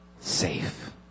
safe